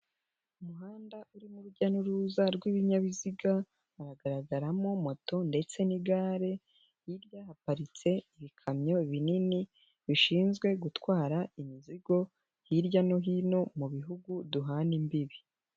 Umuhanda urimo urujya n'uruza rw'ibinyabiziga haragaragaramo moto ndetse n'igare, hirya haparitse ibikamyo binini bishinzwe gutwara imizigo hirya no hino mu bihugu duhana imbibi.